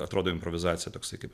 atrodo improvizacija toksai kaip